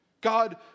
God